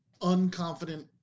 unconfident